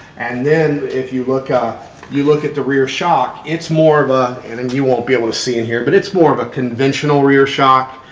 and then if you look ah you look at the rear shock. it's more of a. and and you won't be able to see in here, but it's more of a conventional rear shock.